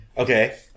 Okay